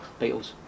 Beatles